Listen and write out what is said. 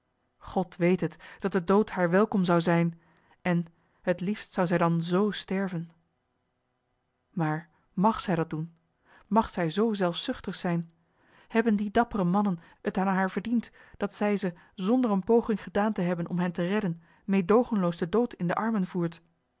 god weet het dat de dood haar welkom zou zijn en het liefst zou zij dan z sterven maar mag zij dat doen mag zij zoo zelfzuchtig zijn hebben die dappere mannen het aan haar verdiend dat zij ze zonder een poging gedaan te hebben om hen te redden meedoogenloos den dood in de armen voert